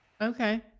Okay